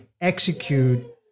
execute